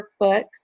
workbooks